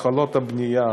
התחלות הבנייה,